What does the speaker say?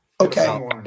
Okay